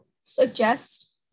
suggest